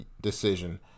decision